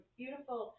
beautiful